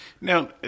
Now